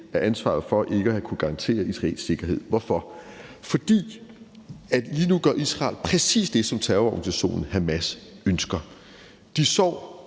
af ansvaret for ikke at have kunnet garantere israelsk sikkerhed. Hvorfor? Fordi Israel lige nu gør præcis det, som terrororganisationen Hamas ønsker. De sår